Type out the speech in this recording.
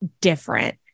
different